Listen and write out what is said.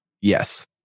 Yes